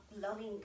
loving